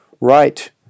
Right